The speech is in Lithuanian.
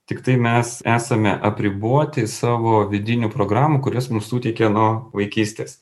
tiktai mes esame apriboti savo vidinių programų kurias mum suteikė nuo vaikystės